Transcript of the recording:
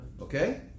okay